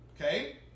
Okay